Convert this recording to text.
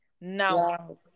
now